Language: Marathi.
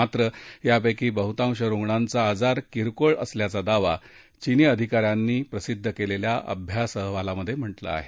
मात्र यापैकी बहुतांश रुग्णांचा आजार किरकोळ असल्याचा दावा चीनी अधिकाऱ्यांनी प्रसिद्ध केलेल्या अभ्यास अहवालात केला आहे